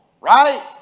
Right